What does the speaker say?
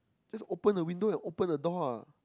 just open the window and open the door lah